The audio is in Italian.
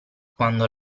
quando